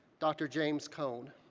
dr. james cone,